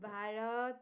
Bharat